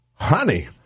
Honey